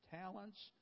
talents